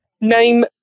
Name